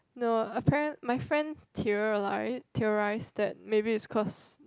no apparen~ my friend theorili~ theorize that maybe is cause